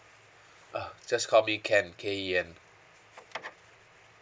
ah just call me ken K E N